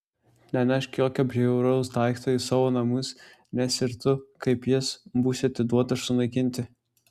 nenešk jokio bjauraus daikto į savo namus nes ir tu kaip jis būsi atiduotas sunaikinti